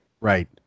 Right